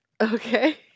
Okay